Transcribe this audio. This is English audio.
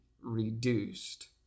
reduced